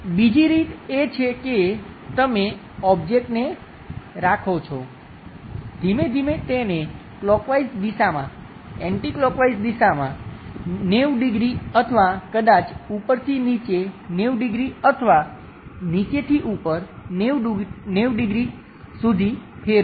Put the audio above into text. બીજી રીત એ છે કે તમે ઓબ્જેક્ટને રાખો છો ધીમે ધીમે તેને ક્લોકવાઇઝ દિશામાં એન્ટી ક્લોકવાઇઝ દિશામાં 90 ડિગ્રી અથવા કદાચ ઉપરથી નીચે 90 ડિગ્રી અથવા નીચેથી ઉપર 90 ડિગ્રી સુધી ફેરવો